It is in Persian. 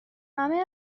همه